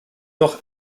noch